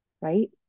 right